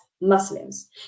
Muslims